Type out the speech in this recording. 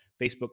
Facebook